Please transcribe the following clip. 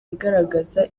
igaragaza